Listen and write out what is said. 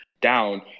down